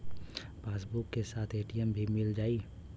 Passbook के साथ ATM भी मील जाई?